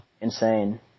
Insane